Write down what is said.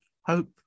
Hope